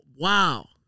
wow